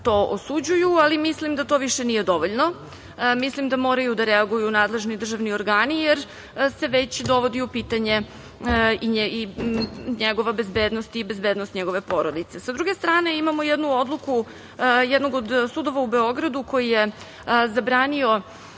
to osuđuju, ali mislim da to više nije dovoljno, mislim da moraju da reaguju nadležni državni organi, jer se već dovodi u pitanje i njegova bezbednost i bezbednost njegove porodice. Sa druge strane, imamo jednu odluku jednog od sudova u Beogradu koji je zabranio